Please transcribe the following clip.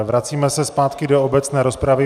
Vracíme se zpátky do obecné rozpravy.